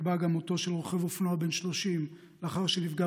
נקבע גם מותו של רוכב אופנוע בן 30 לאחר שנפגע